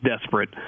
desperate